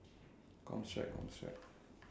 comms check comms check